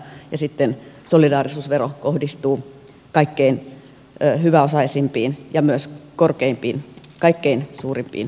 ja sitten solidaarisuusvero kohdistuu kaikkein hyväosaisimpiin ja myös korkeimpiin kaikkein suurimpiin eläkkeisiin